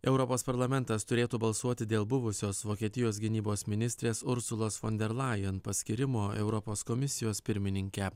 europos parlamentas turėtų balsuoti dėl buvusios vokietijos gynybos ministrės ursulos fon der lajen paskyrimo europos komisijos pirmininke